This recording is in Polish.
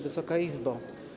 Wysoka Izbo!